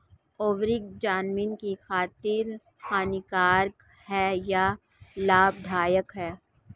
उर्वरक ज़मीन की खातिर हानिकारक है या लाभदायक है?